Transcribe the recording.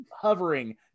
hovering